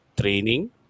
training